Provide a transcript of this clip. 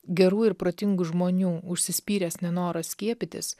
gerų ir protingų žmonių užsispyręs nenoras skiepytis